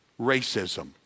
racism